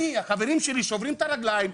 החברים שלי שוברים את הרגליים,